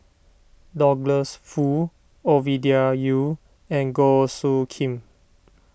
Douglas Foo Ovidia Yu and Goh Soo Khim